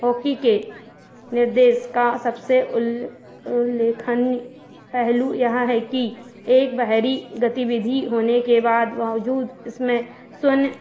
hockey के निर्देश का सबसे उल उल्लेखनीय पहलू यह है कि एक बहारी गतिविधि होने के बाद बावजूद इसमें सुन